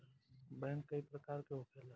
bank कई प्रकार के होखेला